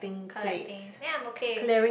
collecting then I am okay